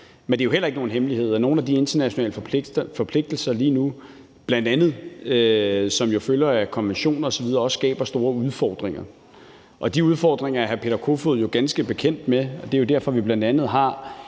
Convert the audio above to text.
Men det er heller ikke nogen hemmelighed, at nogle af de internationale forpligtelser, som følger af konventioner osv., lige nu bl.a. også skaber store udfordringer, og de udfordringer er hr. Peter Kofod jo ganske bekendt med. Det er derfor, vi bl.a. har